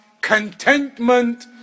contentment